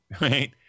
right